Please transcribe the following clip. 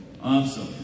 Awesome